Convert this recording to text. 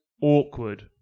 awkward